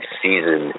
season